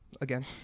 again